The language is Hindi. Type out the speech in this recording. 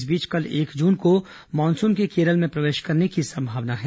इस बीच कल एक जून को मानसून के केरल में प्रवेश करने की संभावना है